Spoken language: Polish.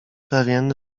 pewien